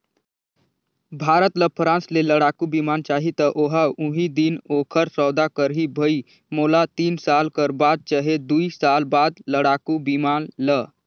भारत ल फ्रांस ले लड़ाकु बिमान चाहीं त ओहा उहीं दिन ओखर सौदा करहीं भई मोला तीन साल कर बाद चहे दुई साल बाद लड़ाकू बिमान ल